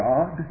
God